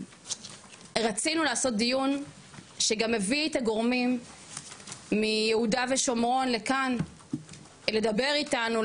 שרצינו לעשות דיון שגם מביא את הגורמים מיהודה ושומרון לכאן לדבר איתנו,